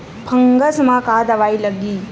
Fungus म का दवाई लगी?